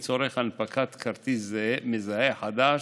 ייעודי או בפקס לצורך הנפקת כרטיס מזהה חדש.